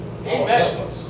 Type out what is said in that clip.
Amen